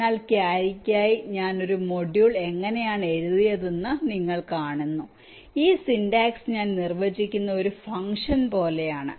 അതിനാൽ കാരിയറിനായി ഞാൻ ഒരു മൊഡ്യൂൾ എങ്ങനെയാണ് എഴുതിയതെന്ന് നിങ്ങൾ കാണുന്നു ഈ സിന്റാക്സ് ഞാൻ നിർവ്വചിക്കുന്ന ഒരു ഫംഗ്ഷൻ പോലെയാണ്